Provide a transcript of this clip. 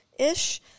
Ish